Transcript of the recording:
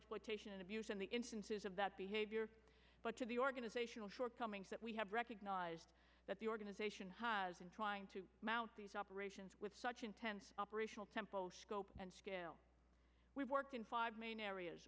exploitation and abuse and the instances of that behavior but to the organizational shortcomings that we have recognized that the organization has been trying to mount these operations with such intense operational tempo scope and scale we've worked in five main areas